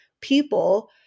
people